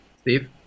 Steve